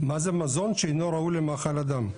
מה זה מזון שאינו ראוי למאכל אדם?